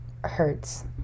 hurts